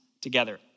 together